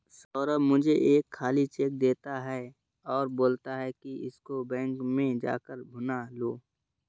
सौरभ मुझे एक खाली चेक देता है और बोलता है कि इसको बैंक में जा कर भुना लो